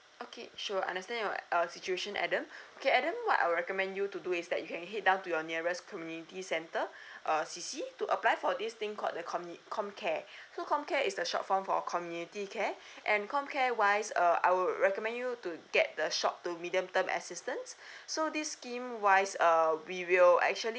okay sure I understand your uh situation adam okay adam what I would recommend you to do is that you can head down to your nearest community centre uh C_C to apply for this thing called the communi~ comcare so comcare is the short form for community care and comcare wise uh I would recommend you to get the short to medium term assistance so this scheme wise uh we will actually